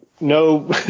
no